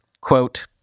Quote